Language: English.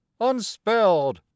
unspelled